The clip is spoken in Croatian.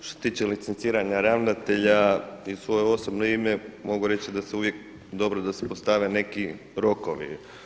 Što se tiče licenciranja ravnatelja i u svoje osobno ime mogu reći da je uvijek dobro da se postave neki rokovi.